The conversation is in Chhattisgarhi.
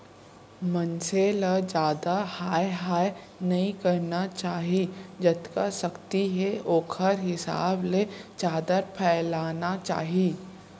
मनसे ल जादा हाय हाय नइ करना चाही जतका सक्ति हे ओखरे हिसाब ले चादर फइलाना चाही